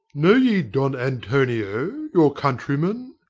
know ye don antonio, your countryman?